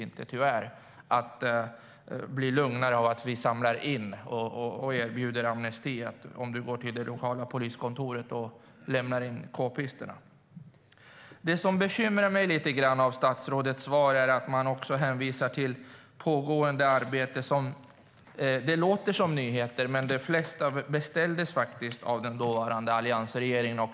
De blir tyvärr inte lugnare av att vi erbjuder amnesti om man går till det lokala poliskontoret och lämnar in k-pisterna. Det som bekymrar mig lite grann i statsrådets svar är att man också hänvisar till det pågående arbetet och får det att låta som nyheter. Det som låter som nyheter, men det mesta beställdes faktiskt av den dåvarande alliansregeringen.